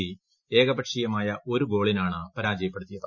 C ഏകപക്ഷീയമായ ഒരു ഗോളിനാണ് പരാജയപ്പെടുത്തിയത്